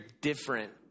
different